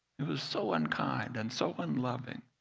it was so unkind and so unloving.